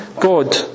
God